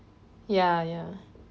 ya ya